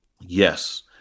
Yes